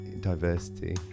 diversity